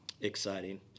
exciting